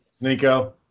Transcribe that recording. Nico